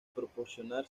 proporcionar